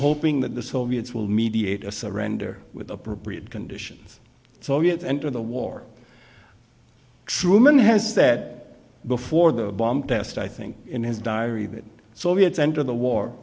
hoping that the soviets will mediate a surrender with appropriate conditions so yet and to the war truman has said before the bomb test i think in his diary that soviets enter the war